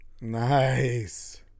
Nice